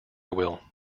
will